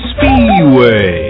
Speedway